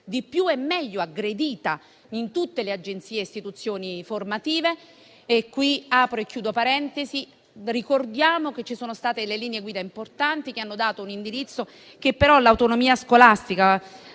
di più e meglio in tutte le agenzie e le istituzioni formative.